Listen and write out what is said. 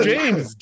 James